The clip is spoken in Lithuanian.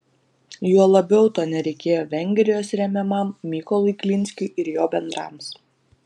juo labiau to nereikėjo vengrijos remiamam mykolui glinskiui ir jo bendrams